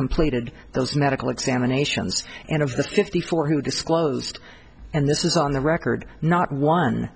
completed those medical examinations and of the fifty four who disclosed and this is on the record not one